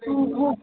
ह हा